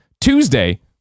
tuesday